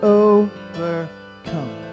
overcome